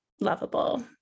lovable